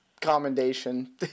commendation